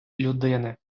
людини